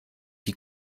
die